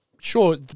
sure